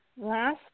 last